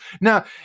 Now